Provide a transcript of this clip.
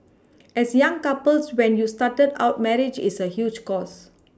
as young couples when you started out marriage is a huge cost